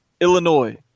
Illinois